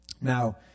Now